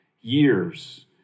years